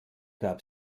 gab